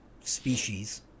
species